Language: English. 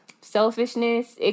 Selfishness